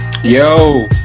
Yo